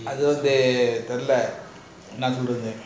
அது வந்து தெரில அது வந்து:athu vanthu terila athu vanthu